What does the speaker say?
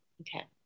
Okay